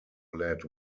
led